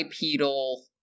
bipedal